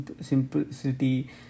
simplicity